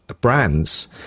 brands